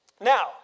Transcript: Now